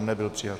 Nebyl přijat.